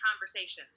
conversations